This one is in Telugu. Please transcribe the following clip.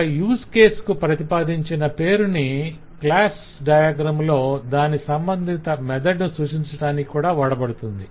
ఒక యూస్ కేస్ కు ప్రతిపాదించిన పేరుని క్లాసు డయాగ్రమ్ లో దాని సంబంధిత మెథడ్ ను సూచించటానికి కూడా వాడబడుతుంది